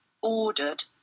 ordered